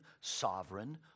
sovereign